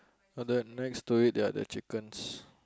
ah then next to it there are the chickens